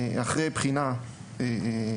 אחרי בחינה שנקבעה,